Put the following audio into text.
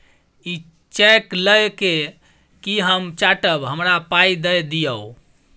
इ चैक लए कय कि हम चाटब? हमरा पाइ दए दियौ